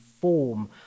form